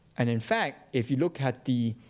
and in fact, if you look at the